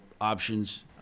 options